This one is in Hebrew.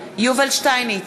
שטייניץ,